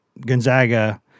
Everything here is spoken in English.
Gonzaga